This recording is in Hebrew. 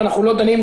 אם אנחנו לא דנים,